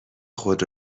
خود